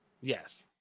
Yes